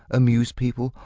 amuse people,